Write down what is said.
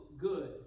good